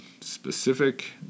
specific